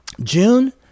June